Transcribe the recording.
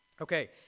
Okay